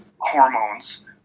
hormones